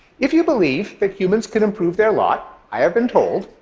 if you believe that humans can improve their lot, i have been told,